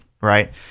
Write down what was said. right